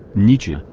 nietzsche,